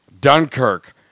Dunkirk